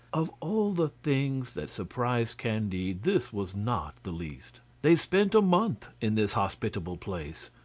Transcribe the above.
of all the things that surprised candide this was not the least. they spent a month in this hospitable place.